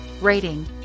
rating